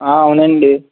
అవునండీ